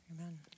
Amen